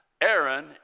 Aaron